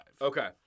Okay